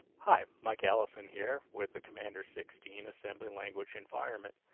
hi, mike allison here with the commander sixteen assembly language environment.